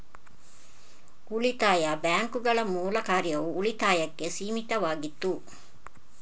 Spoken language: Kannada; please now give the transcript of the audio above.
ಉಳಿತಾಯ ಬ್ಯಾಂಕುಗಳ ಮೂಲ ಕಾರ್ಯವು ಉಳಿತಾಯಕ್ಕೆ ಸೀಮಿತವಾಗಿತ್ತು